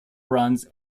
runs